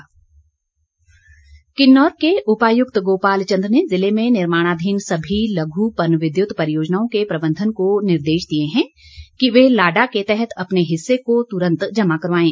DC Kinnaur Kinnaur के उपायुक्त गोपाल चंद ने ज़िले में निर्माणाधीन सभी लघु पन विद्युत परियोजनाओं के प्रबंधन को निर्देश दिए हैं कि वे लाडा के तहत अपने हिस्से को तुरंत जमा करवाएं